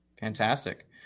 Fantastic